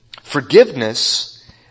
Forgiveness